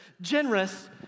generous